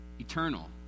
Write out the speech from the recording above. eternal